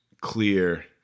clear